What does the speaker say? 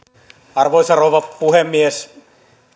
arvoisa rouva puhemies